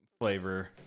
flavor